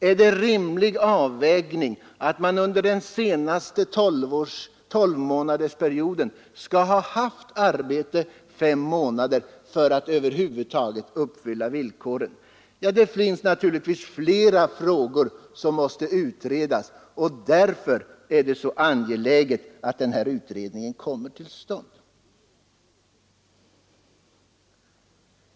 Är det en rimlig avvägning att man under den senaste tolvmånadersperioden skall ha haft arbete fem månader för att över huvud taget uppfylla villkoren? Det finns naturligtvis flera frågor som måste utredas, och därför är det angeläget att den här utredningen kommer till stånd.